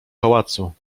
pałacu